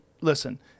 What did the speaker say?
listen—